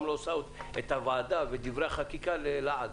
גם לא שמה את הוועדה ואת דברי החקיקה ללעג.